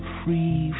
free